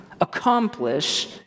accomplish